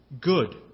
good